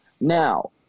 Now